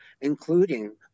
including